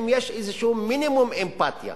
אם יש מינימום אמפתיה,